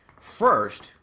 First